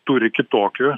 turi kitokį